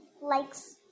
likes